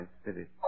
spirit